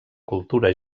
cultura